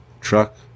truck